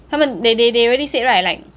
他们 they they they already said right like